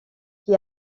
qui